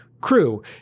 crew